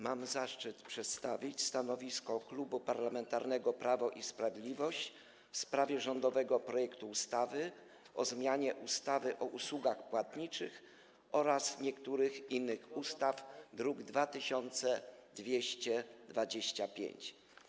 Mam zaszczyt przedstawić stanowisko Klubu Parlamentarnego Prawo i Sprawiedliwość w sprawie rządowego projektu ustawy o zmianie ustawy o usługach płatniczych oraz niektórych innych ustaw, druk nr 2225.